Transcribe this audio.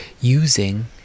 using